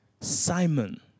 Simon